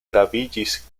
graviĝis